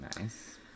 Nice